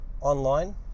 online